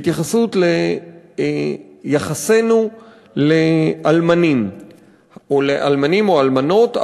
ליחסנו לאלמנים ואלמנות,